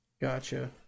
Gotcha